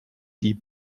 die